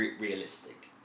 realistic